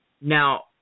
Now